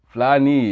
Flani